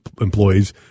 employees